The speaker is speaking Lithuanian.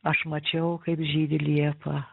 aš mačiau kaip žydi liepa